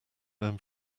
learn